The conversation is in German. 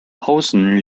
hausen